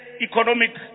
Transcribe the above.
economic